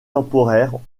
temporaires